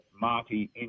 Marty